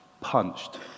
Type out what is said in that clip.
punched